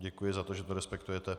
Děkuji za to, že to respektujete.